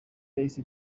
yahise